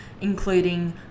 including